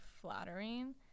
flattering